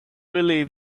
really